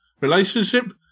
Relationship